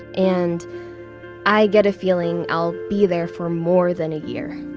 and i get a feeling i'll be there for more than a year.